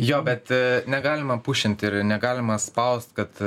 jo bet negalima pušint ir negalima spaust kad